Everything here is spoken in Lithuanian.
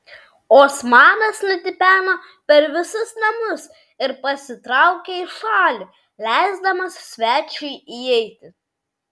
osmanas nutipeno per visus namus ir pasitraukė į šalį leisdamas svečiui įeiti